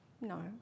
No